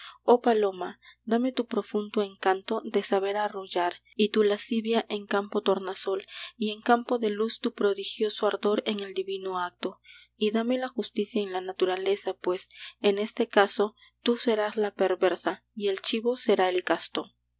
oh paloma dame tu profundo encanto de saber arrullar y tu lascivia en campo tornasol y en campo de luz tu prodigioso ardor en el divino acto y dame la justicia en la naturaleza pues en este caso tú serás la perversa y el chivo será el casto